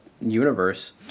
universe